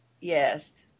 Yes